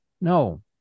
no